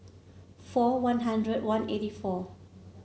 four One Hundred one eighty four